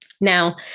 Now